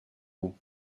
bout